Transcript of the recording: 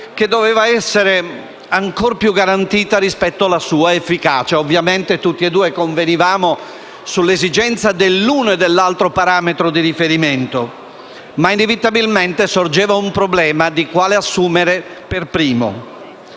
che doveva essere ancor più garantita rispetto alla sua efficacia. Ovviamente tutti e due convenivamo sull'esigenza dell'uno e dell'altro parametro di riferimento, ma inevitabilmente sorgeva il problema di quale assumere per primo.